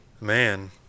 Man